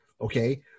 Okay